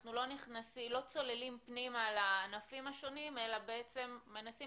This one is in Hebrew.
אנחנו לא צוללים פנימה לענפים השונים אלא מנסים